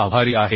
आभारी आहे